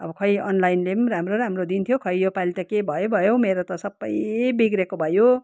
अब खै अनलाइनले पनि राम्रो राम्रो दिन्थ्यो खै योपालि त के भयो भयो हौ मेरो त सबै बिग्रेको भयो